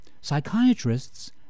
psychiatrists